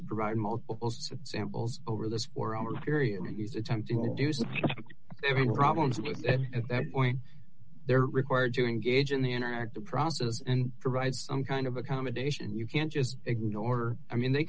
to provide multiple samples over this four hour period he's attempting to do so having problems with at that point they're required to engage in the interactive process and provide some kind of accommodation you can't just ignore i mean they